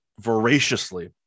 voraciously